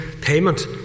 payment